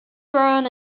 brown